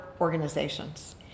organizations